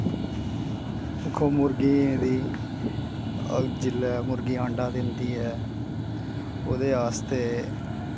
दिक्खो मुर्गियें दी जिसलै मुर्गी अंडा दिंदी ऐ ओह्दे आस्ते